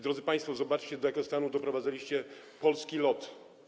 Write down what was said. Drodzy państwo, zobaczcie, do jakiego stanu doprowadziliście polski LOT.